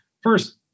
First